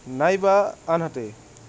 নাইবা আনহাতে